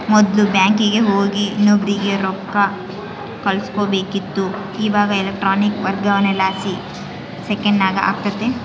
ಮೊದ್ಲು ಬ್ಯಾಂಕಿಗೆ ಹೋಗಿ ಇನ್ನೊಬ್ರಿಗೆ ರೊಕ್ಕ ಕಳುಸ್ಬೇಕಿತ್ತು, ಇವಾಗ ಎಲೆಕ್ಟ್ರಾನಿಕ್ ವರ್ಗಾವಣೆಲಾಸಿ ಸೆಕೆಂಡ್ನಾಗ ಆಗ್ತತೆ